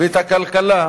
ואת הכלכלה